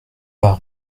pas